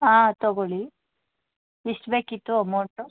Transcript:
ಹಾಂ ತಗೊಳ್ಳಿ ಎಷ್ಟು ಬೇಕಿತ್ತು ಅಮೌಂಟು